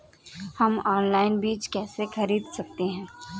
हम ऑनलाइन बीज कैसे खरीद सकते हैं?